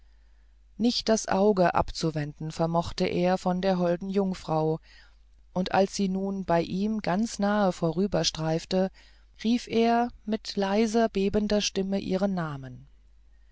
nicht das auge abzuwenden vermochte er von der holden jungfrau und als sie nun bei ihm ganz nahe vorüberstreifte rief er mit leiser bebender stimme ihren namen